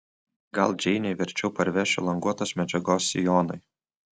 gal džeinei verčiau parvešiu languotos medžiagos sijonui